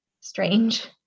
strange